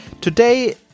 Today